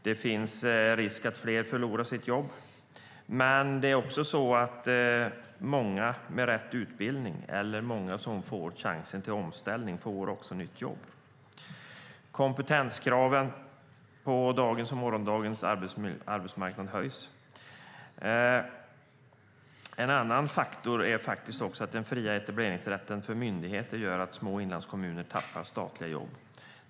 Det finns risk att fler förlorar sina jobb, men många med rätt utbildning eller många som får chansen till omställning får också nytt jobb. Kompetenskraven på dagens och morgondagens arbetsmarknad höjs. En annan faktor är att den fria etableringsrätten för myndigheter gör att små inlandskommuner tappar statliga jobb.